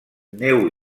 neu